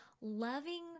loving